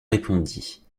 répondit